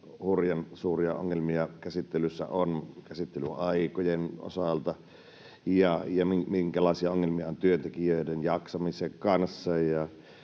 hurjan suuria ongelmia käsittelyissä on käsittelyaikojen osalta ja minkälaisia ongelmia on työntekijöiden jaksamisen kanssa,